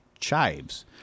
chives